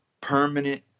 permanent